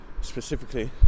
specifically